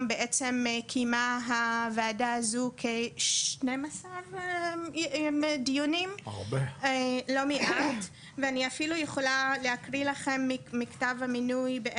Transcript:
העצם קיימה הוועדה הזו כ-12 דיונים ואני אפילו להקריא לכם מכתב המינוי.